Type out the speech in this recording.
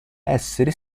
essere